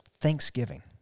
Thanksgiving